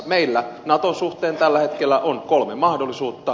meillä on naton suhteen tällä hetkellä kolme mahdollisuutta